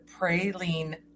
Praline